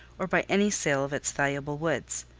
or by any sale of its valuable woods.